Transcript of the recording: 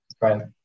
Right